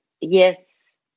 Yes